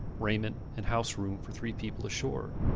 raiment, and house-room for three people ashore.